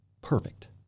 perfect